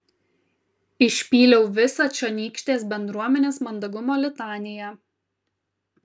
išpyliau visą čionykštės bendruomenės mandagumo litaniją